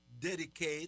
dedicate